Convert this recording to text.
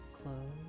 Close